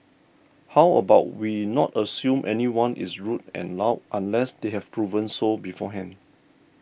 how about we not assume anyone is rude and loud unless they have proven so beforehand